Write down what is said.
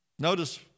Notice